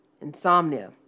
Insomnia